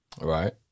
right